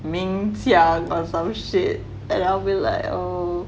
明祥 or some shit and I'll be like oh